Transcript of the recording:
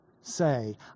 say